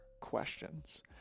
questions